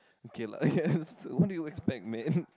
okay lah yes who did you expect man